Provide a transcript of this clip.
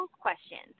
questions